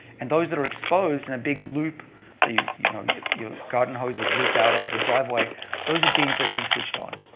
and those that are exposed in a big loop so your you know yeah your garden hose is looped out over the driveway those are genes that will be switched on.